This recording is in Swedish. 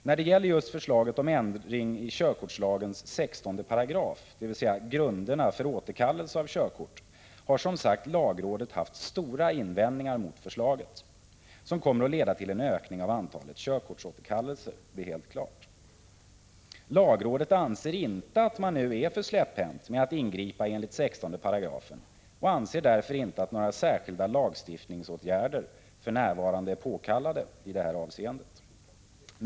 När det gäller just förslaget om ändring i körkortslagens 16 §, dvs. i grunderna för återkallelse av körkort, har som sagt lagrådet haft stora invändningar mot förslaget, som helt klart kommer att leda till en ökning av antalet körkortsåterkallelser. Lagrådet anser inte att man nu är för släpphänt med att ingripa enligt 16 § och anser därför inte att några särskilda lagstiftningsåtgärder för närvarande är påkallade i det här avseendet.